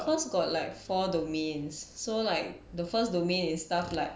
cause got like four domains so like the first domain in stuff like